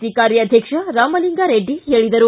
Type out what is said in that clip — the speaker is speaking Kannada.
ಸಿ ಕಾರ್ಯಾಧ್ವಕ್ಷ ರಾಮಲಿಂಗಾರೆಡ್ಡಿ ಹೇಳಿದರು